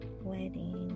Wedding